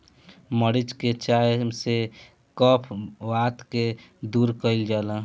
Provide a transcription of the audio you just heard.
मरीच के चाय से कफ वात के दूर कइल जाला